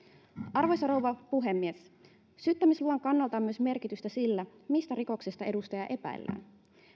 arvoisa rouva puhemies syyttämisluvan kannalta on myös merkitystä sillä mistä rikoksesta edustajaa epäillään